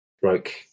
broke